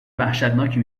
وحشتناکی